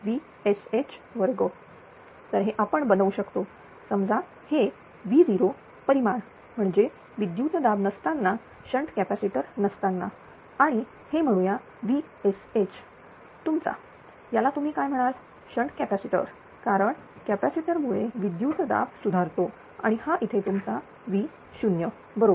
C V2Vsh2 तर हे आपण बनवू शकतो समजा हे V0 परिमाण म्हणजे विद्युतदाब नसताना शंट कॅपॅसिटर नसताना आणि हे म्हणूयाVsh तुमचा याला तुम्ही काय म्हणाल शंट कॅपॅसिटर कारण कॅपॅसिटर मुळे विद्युत दाब सुधारतो आणि हा इथे तुमचा V0 बरोबर